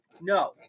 No